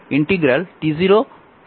অতএব w